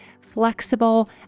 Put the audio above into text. flexible